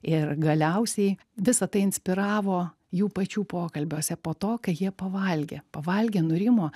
ir galiausiai visa tai inspiravo jų pačių pokalbiuose po to kai jie pavalgė pavalgė nurimo